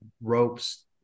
ropes